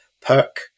Perk